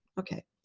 ok.